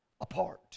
apart